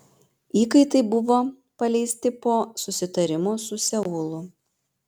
įkaitai buvo paleisti po susitarimo su seulu